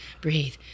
breathe